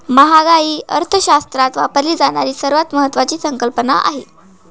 महागाई अर्थशास्त्रात वापरली जाणारी सर्वात महत्वाची संकल्पना आहे